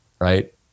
right